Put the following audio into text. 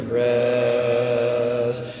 rest